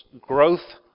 growth